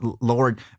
Lord